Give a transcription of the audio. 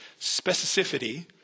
specificity